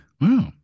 Wow